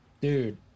Dude